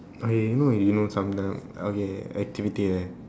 okay you you know you know sometimes okay activity right